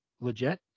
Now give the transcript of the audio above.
legit